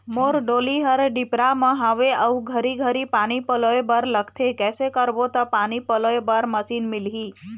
मोर डोली हर डिपरा म हावे अऊ घरी घरी पानी पलोए बर लगथे कैसे करबो त पानी पलोए बर मशीन मिलही?